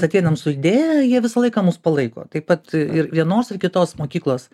ateinam su idėja jie visą laiką mus palaiko taip pat ir vienos ir kitos mokyklos